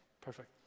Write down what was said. perfect